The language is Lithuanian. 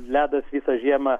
ledas visą žiemą